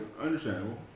understandable